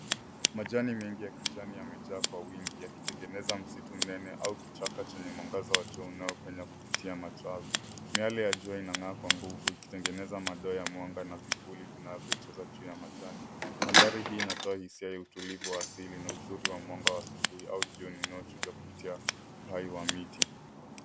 Majani mengi ya kijani yamejaa kwa wingi yakitengeneza msitu mnene au kichaka chenye mwangaza wa jua unaopenya kupitia matawi. Miale ya jua inang'aa kwa nguvu ikitengeneza madoa ya mwanga na vivuli vinavyocheza juu ya majani. Mandhari hii inatoa hisia ya utulivu wa hasili na uzuri wa mwanga wa asubuhi au jioni unaochuja kupitia uhai wa miti.